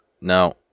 Now